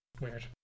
Weird